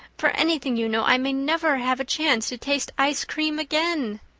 for anything you know i may never have a chance to taste ice cream again.